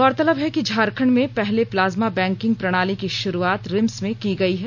गौरतलब है कि झारखंड में पहले प्लाज्मा बैंकिंग प्रणाली की श्रुआत रिम्स में की गई है